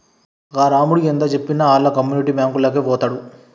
గా రామడు ఎంతజెప్పినా ఆళ్ల కమ్యునిటీ బాంకులకే వోతడు